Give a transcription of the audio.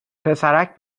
پسرک